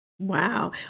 Wow